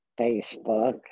Facebook